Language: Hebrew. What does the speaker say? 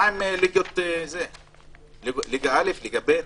ליגה א', ב'?